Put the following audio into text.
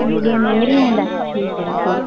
पंज ॾींहंनि में मिली वेंदा ठीकु आहे ठीकु